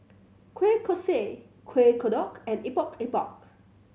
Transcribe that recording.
kueh kosui Kuih Kodok and Epok Epok